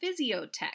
Physiotech